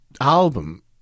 album